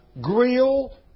grill